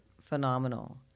phenomenal